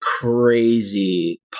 crazy